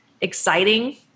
exciting